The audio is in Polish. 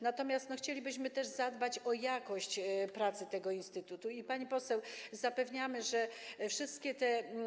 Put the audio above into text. Natomiast chcielibyśmy też zadbać o jakość pracy tego instytutu i, pani poseł, zapewniamy, że wszystkie te.